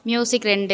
music ரெண்டு